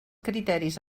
criteris